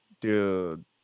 dude